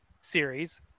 series